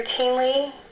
routinely